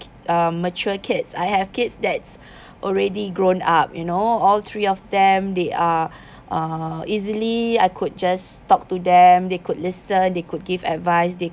uh mature kids I have kids that's already grown up you know all three of them they are uh easily I could just talk to them they could listen they could give advice they